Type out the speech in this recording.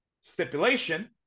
stipulation